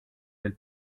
del